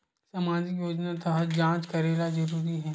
सामजिक योजना तहत जांच करेला जरूरी हे